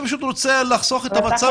אני פשוט רוצה לחסוך את המצב הזה --- אתה